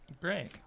great